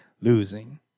losing